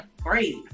Great